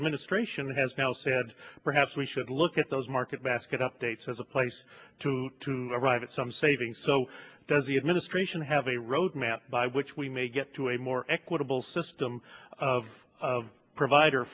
administration has now said perhaps we should look at those market basket updates as a place to arrive at some saving so does the administration have a roadmap by which we may get to a more equitable system of provider